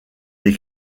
des